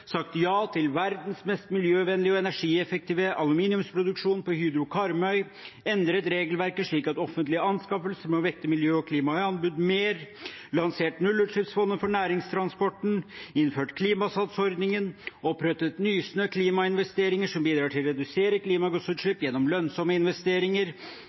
sagt ja til verdens mest miljøvennlige og energieffektive aluminiumsproduksjon på Hydro Karmøy, endret regelverket slik at offentlige anskaffelser må vekte miljø og klima i anbud mer, lansert nullutslippsfondet for næringstransporten, innført klimasatsordningen, opprettet Nysnø Klimainvesteringer som bidrar til å redusere klimagassutslippene gjennom lønnsomme investeringer.